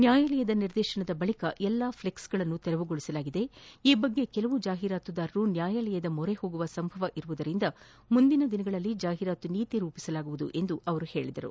ನ್ನಾಯಾಲಯದ ನಿರ್ದೇತನದ ಬಳಿಕ ಎಲ್ಲಾ ಫ್ಲೆಕ್ಸ್ಗಳನ್ನು ತೆರವುಗೊಳಿಸಲಾಗಿದೆ ಈ ಬಗ್ಗೆ ಕೆಲ ಜಾಹಿರಾತುದಾರರು ನ್ನಾಯಾಲಯದ ಮೊರೆ ಹೋಗುವ ಸಂಭವವಿರುವುದರಿಂದ ಮುಂದಿನ ದಿನಗಳಲ್ಲಿ ಜಾಹಿರಾತು ನೀತಿ ರೂಪಿಸಲಾಗುವುದು ಎಂದು ಅವರು ಹೇಳಿದರು